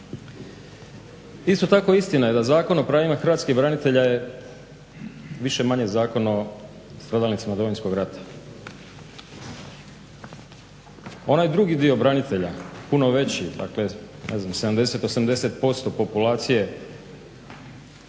Isto tako istina je da Zakon o pravima hrvatskih branitelja je više-manje Zakon o stradalnicima Domovinskog rata. Onaj drugi dio branitelja, puno veći, dakle ne znam 70,